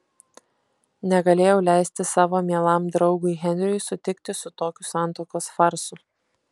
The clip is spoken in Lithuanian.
negalėjau leisti savo mielam draugui henriui sutikti su tokiu santuokos farsu